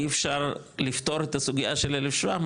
אי אפשר לפתור את הסוגייה של 1,700,